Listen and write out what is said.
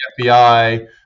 fbi